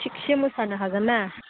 थिकसे मोसानो हागोन ना